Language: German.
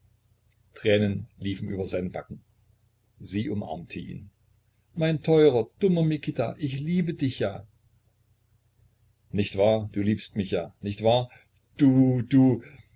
tränen liefen über seine backen sie umarmte ihn mein teurer dummer mikita ich liebe dich ja nicht wahr du liebst mich ja nicht wahr du du